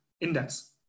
index